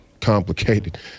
complicated